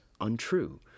Untrue